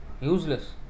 useless